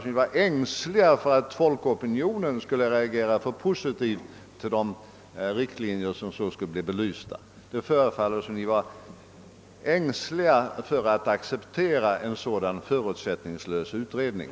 Man tycks vara ängslig för att folkopinionen skulle reagera alltför positivt för de riktlinjer som på detta sätt skulle bli belysta. Det förefaller som om man därför vore rädd att acceptera en sådan förutsättningslös utredning.